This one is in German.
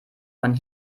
von